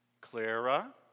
Clara